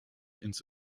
ins